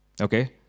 okay